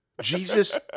Jesus